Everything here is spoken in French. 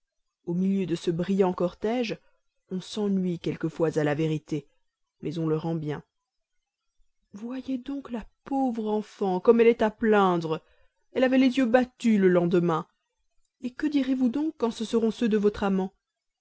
au milieu de ce brillant cortège on s'ennuie quelquefois à la vérité mais on le rend bien voyez donc la pauvre enfant comme elle est à plaindre elle avait les yeux battus le lendemain et que direz-vous donc quand ce seront ceux de votre amant